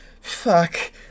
Fuck